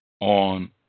on